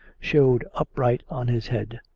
showed upright on his head